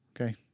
Okay